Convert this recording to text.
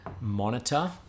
monitor